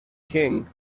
king